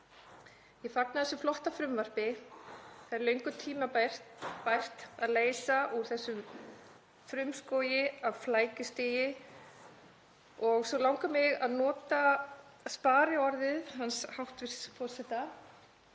Ég fagna þessu flotta frumvarpi, það er löngu tímabært að leysa úr þessum frumskógi af flækjustigi. Og svo langar mig að nota spariorð hæstv. forseta,